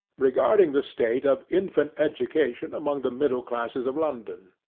regarding the state of infant education among the middle classes of london.